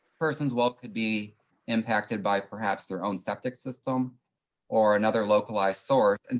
person's well could be impacted by, perhaps, their own septic system or another localized source, and